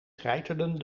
treiterden